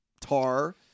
Tar